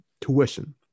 tuition